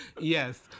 Yes